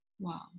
Wow